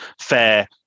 fair